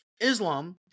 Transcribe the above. Islam